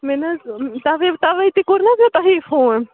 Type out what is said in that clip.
مےٚ نہٕ حظ تَوَے تَوَے تہِ کوٚر نہٕ حظ مےٚ تۄہی فون